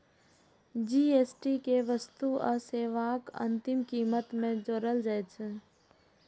GST कें वस्तु आ सेवाक अंतिम कीमत मे जोड़ल जाइ छै